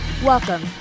Welcome